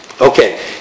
Okay